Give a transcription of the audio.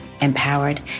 empowered